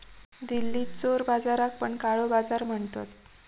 दिल्लीत चोर बाजाराक पण काळो बाजार म्हणतत